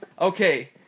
Okay